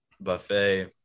buffet